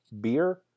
beer